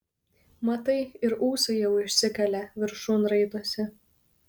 matai ir ūsai jau išsikalė viršun raitosi